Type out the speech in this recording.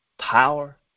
power